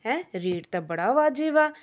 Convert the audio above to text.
ਹੈ ਰੇਟ ਤਾਂ ਬੜਾ ਵਾਜ਼ਿਬ ਆ